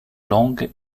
longues